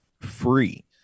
free